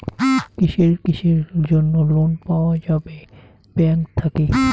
কিসের কিসের জন্যে লোন পাওয়া যাবে ব্যাংক থাকি?